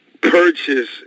purchase